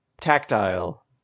tactile